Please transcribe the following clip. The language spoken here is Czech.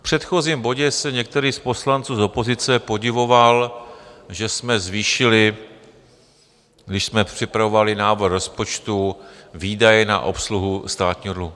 V předchozím bodě se některý z poslanců z opozice podivoval, že jsme zvýšili, když jsme připravovali návrh rozpočtu, výdaje na obsluhu státního dluhu.